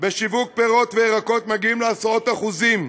בשיווק פירות וירקות מגיעים לעשרות אחוזים,